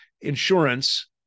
insurance